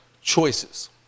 choices